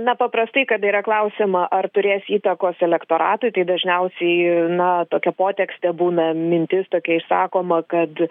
na paprastai kada yra klausiama ar turės įtakos elektoratui tai dažniausiai na tokia potekstė būna mintis tokia išsakoma kad